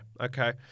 okay